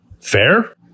Fair